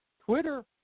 Twitter